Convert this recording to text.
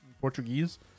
Portuguese